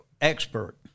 expert